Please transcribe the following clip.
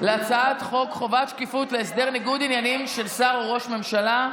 להצעת חוק חובת שקיפות להסדר ניגוד עניינים של שר או ראש ממשלה,